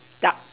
dark